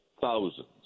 thousands